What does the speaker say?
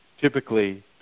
typically